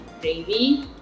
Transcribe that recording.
gravy